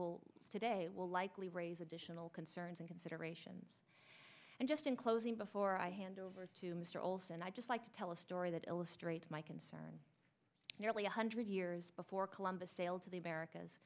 will today will likely raise additional concerns and considerations and just in closing before i hand over to mr olson i just like to tell a story that illustrates my concern nearly a hundred years before columbus sailed to the america